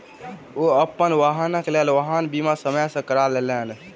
ओ अपन वाहनक लेल वाहन बीमा समय सॅ करा लेलैन